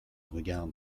regarde